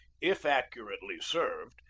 if accurately served,